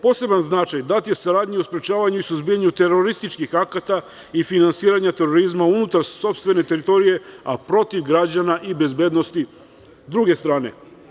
Poseban značaja dat je saradnji u sprečavanju i suzbijanju terorističkih akata i finansiranja terorizma unutar sopstvene teritorije a protiv građana i bezbednosti druge strani.